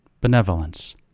Benevolence